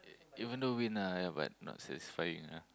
e~ even though win ah ya but not satisfying ah